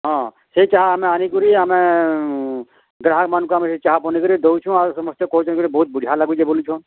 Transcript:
ହଁ ସେଇ ଚାହା ଆମେ ଆଣି କରି ଆମେ ଗ୍ରାହକ୍ ମାନଙ୍କୁ ଆମେ ଏଇ ଚାହା ବନାଇ କରି ଦଉଛୁଁ ଆଉ ସମସ୍ତେ କହୁଛନ୍ତି କି ବହୁତ ବଢ଼ିଆ ଲାଗୁଛି ବୋଲୁଛନ୍